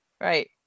Right